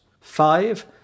Five